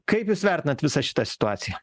kaip jūs vertinat visą šitą situaciją